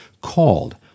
called